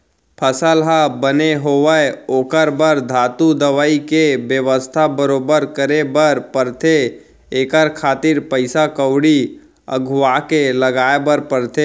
फसल ह बने होवय ओखर बर धातु, दवई के बेवस्था बरोबर करे बर परथे एखर खातिर पइसा कउड़ी अघुवाके लगाय बर परथे